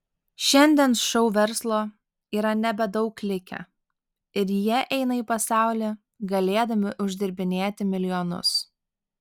šiandien šou verslo yra nebedaug likę ir jie eina į pasaulį galėdami uždirbinėti milijonus